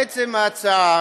לעצם ההצעה,